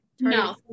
No